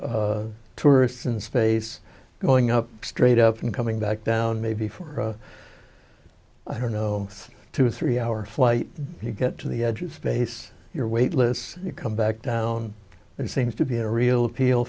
tourists in space going up straight up and coming back down maybe for i don't know two three hour flight you get to the edge of space you're weightless you come back down there seems to be a real appeal